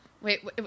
wait